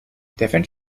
different